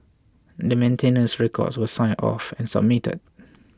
the maintenance records were signed off and submitted